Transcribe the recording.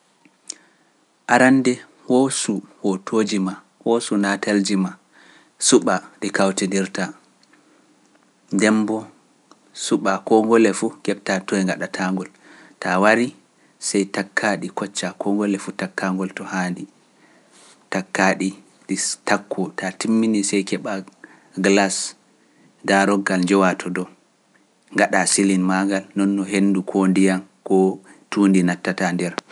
Arande hoosu hootooji ma hoosu naatelji ma Suɓa ɗi kawtodirta jemmbo suɓa koo ngol e fu keɓta toy gaɗata ngol ta wari sey takka ɗi kocca koo ngol e fu takka ngol to haandi takka ɗi ɗi takku ta timmini sey keɓa glas daarogal njowa to dow gaɗa selin magal noon no henndu ko ndiyam ko tuundi nattata nder